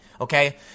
Okay